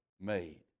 made